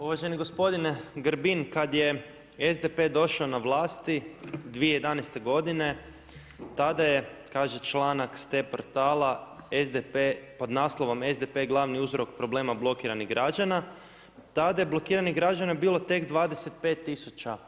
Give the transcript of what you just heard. Uvaženi gospodine Grbin, kad je SDP došao na vlast 2011. godine, tada je, kaže članak s T-portala SDP, pod naslovom „SDP glavni uzrok problema blokiranih građana“, tada je blokiranih građana bilo tek 25 tisuća.